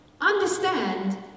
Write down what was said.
Understand